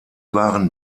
waren